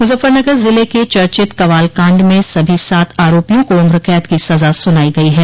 मुजफ्फरनगर जिले के चर्चित कवाल कांड में सभी सात आरोपियों को उम्र कैद की सजा सुनाई गई है